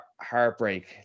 heartbreak